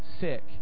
sick